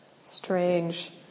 strange